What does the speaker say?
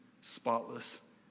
spotless